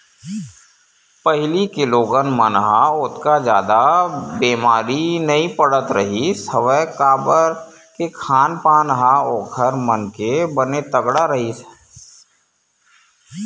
पहिली के लोगन मन ह ओतका जादा बेमारी नइ पड़त रिहिस हवय काबर के खान पान ह ओखर मन के बने तगड़ा राहय